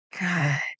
God